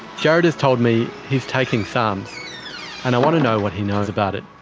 jared has told me he's taking sarms and i want to know what he knows about it.